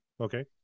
Okay